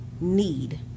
Need